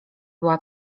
była